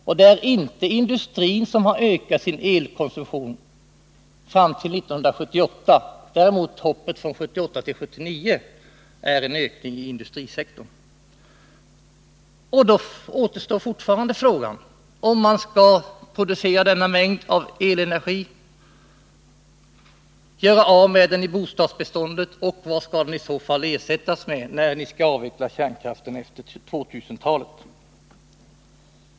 Det är inte industrin som ökat sin elkonsumtion frami till 1978. Däremot beror hoppet från 1978 till 1979 på en ökning inom industrisektorn. Då återstår fortfarande frågan om vi skall producera denna mängd elenergi, göra av med den i bostadsbeståndet, och vad den i så fall skall ersättas med när vi skall avveckla kärnkraften efter år 2000.